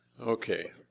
Okay